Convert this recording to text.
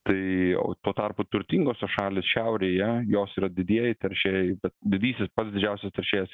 tai o tuo tarpu turtingosios šalys šiaurėje jos yra didieji teršėjai didysis pats didžiausias teršėjas